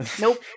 nope